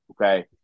okay